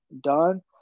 done